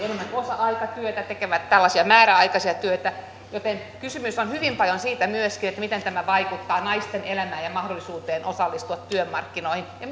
enemmän osa aikatyötä tekevät määräaikaisia töitä joten kysymys on hyvin paljon myöskin siitä miten tämä vaikuttaa naisten elämään ja mahdollisuuteen osallistua työmarkkinoihin ja